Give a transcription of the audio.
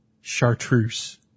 Chartreuse